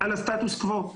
על הסטטוס-קוו.